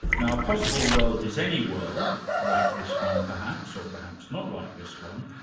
now, a possible world is any world, like this one perhaps, or perhaps not like this one,